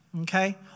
Okay